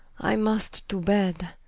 i must to bed,